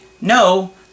No